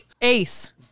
Ace